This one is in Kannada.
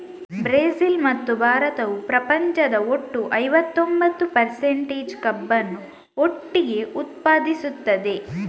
ಬ್ರೆಜಿಲ್ ಮತ್ತು ಭಾರತವು ಪ್ರಪಂಚದ ಒಟ್ಟು ಐವತ್ತೊಂಬತ್ತು ಪರ್ಸಂಟೇಜ್ ಕಬ್ಬನ್ನು ಒಟ್ಟಿಗೆ ಉತ್ಪಾದಿಸುತ್ತದೆ